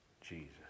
Jesus